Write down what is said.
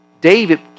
David